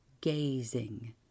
gazing